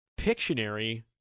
Pictionary